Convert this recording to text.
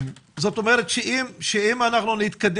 זאת אומרת שאם נתקדם